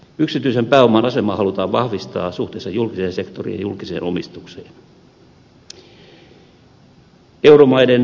yksityisen pääoman asemaa halutaan vahvistaa suhteessa julkiseen sektoriin ja julkiseen omistukseen